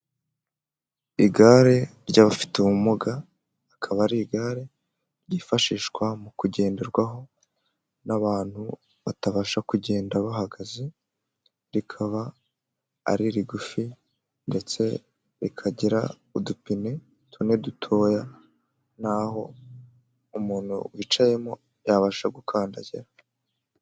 Igare ry'abafite ubumuga akaba ari igare ryifashishwa mu kugenderwaho n'abantu batabasha kugenda bahagaze rikaba ari rigufi ndetse rikagira udupine tune dutoya naho umuntu wicayemo yabasha gukandagira.